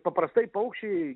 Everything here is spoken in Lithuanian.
paprastai paukščiai